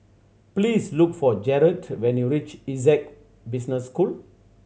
please look for Jared when you reach Essec Business School